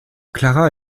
clara